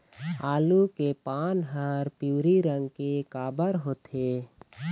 आलू के पान हर पिवरी रंग के काबर होथे?